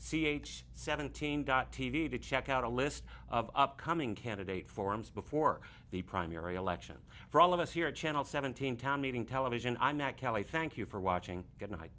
c h seventeen dot tv to check out a list of upcoming candidate forums before the primary election for all of us here at channel seventeen town meeting television i'm not cali thank you for watching